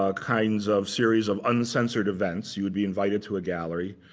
ah kinds of series of uncensored events. you would be invited to a gallery,